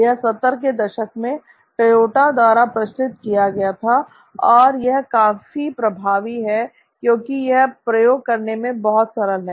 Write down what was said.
यह 70 के दशक में टोयोटा द्वारा प्रचलित किया गया था और यह काफी प्रभावी है क्योंकि यह प्रयोग करने में बहुत सरल है